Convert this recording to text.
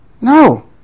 No